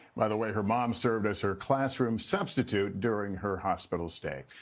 by the way, her mom served as her classroom substitute during her hospital stay.